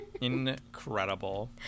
Incredible